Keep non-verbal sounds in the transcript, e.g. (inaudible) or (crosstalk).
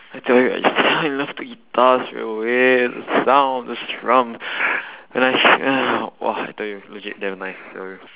I tell you I ju~ I love the guitar the wave the sound the strum (breath) and !whoa! I tell you legit damn nice I tell you